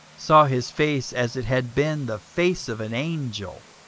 saw his face as it had been the face of an angel.